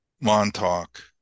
Montauk